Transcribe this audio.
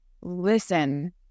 listen